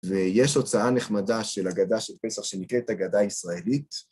ויש הוצאה נחמדה של הגדה של פסח שנקראת הגדה ישראלית.